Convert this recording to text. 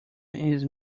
his